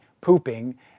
pooping